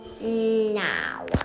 Now